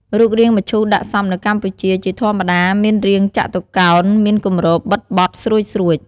រូបរាងមឈូសដាក់សពនៅកម្ពុជា ជាធម្មតាមានរាងចតុកោណមានគម្របបិទបត់ស្រួចៗ។